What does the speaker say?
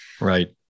Right